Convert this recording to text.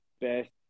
best